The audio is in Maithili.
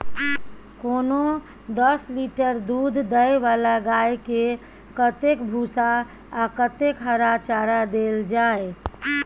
कोनो दस लीटर दूध दै वाला गाय के कतेक भूसा आ कतेक हरा चारा देल जाय?